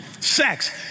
sex